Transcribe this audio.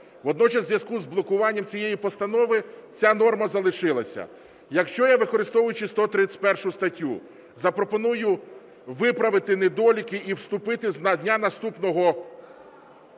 Водночас у зв'язку з блокуванням цієї постанови ця норма залишилась. Якщо я, використовуючи 131 статтю, запропоную виправити недоліки і вступити з дня наступного…